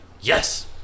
yes